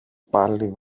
πάλι